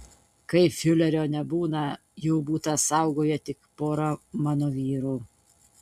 kai fiurerio nebūna jų butą saugoja tik pora mano vyrų